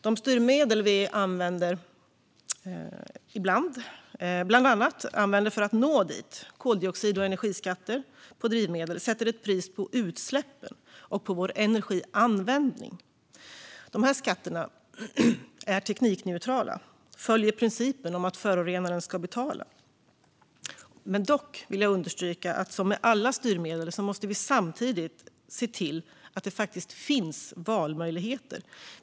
De styrmedel vi bland annat använder för att nå dit - koldioxid och energiskatter på drivmedel - sätter ett pris på utsläppen och på vår energianvändning. De här skatterna är teknikneutrala och följer principen om att förorenaren ska betala. Dock vill jag understryka att som med alla styrmedel måste vi samtidigt se till att det faktiskt finns valmöjligheter.